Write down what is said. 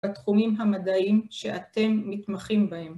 בתחומים המדעיים שאתם מתמחים בהם.